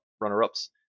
runner-ups